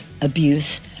abuse